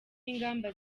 ingamba